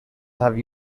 have